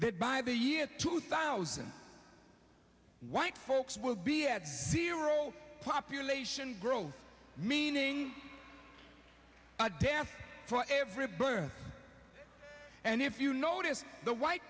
that by the year two thousand white folks will be at zero population growth meaning a death for everybody and if you notice the white